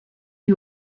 you